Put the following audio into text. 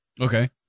Okay